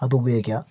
അതുപയോഗിക്കാം